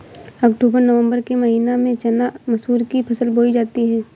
अक्टूबर नवम्बर के महीना में चना मसूर की फसल बोई जाती है?